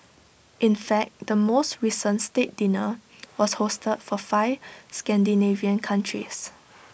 in fact the most recent state dinner was hosted for five Scandinavian countries